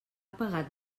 pegat